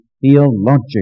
theological